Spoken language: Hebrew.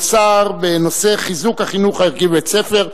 סער בנושא חיזוק החינוך הערכי בבית-הספר.